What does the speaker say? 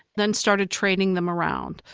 then started trading them around.